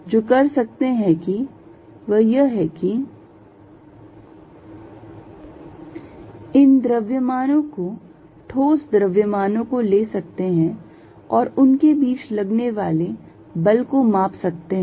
जो कर सकते हैं वह यह है कि इन द्रव्यमानों को ठोस द्रव्यमानों को ले सकते हैं और उनके बीच लगने वाले बल को माप सकते हैं